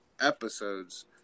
episodes